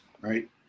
right